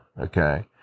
okay